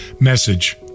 message